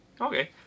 Okay